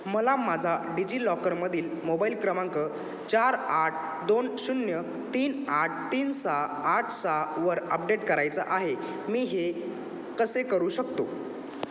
मला माझा डिजिलॉकरमधील मोबाईल क्रमांक चार आठ दोन शून्य तीन आठ तीन सहा आठ सहावर अपडेट करायचं आहे मी हे कसे करू शकतो